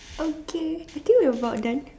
okay I think we're about done